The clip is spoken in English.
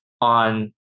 on